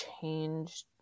changed